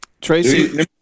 Tracy